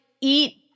eat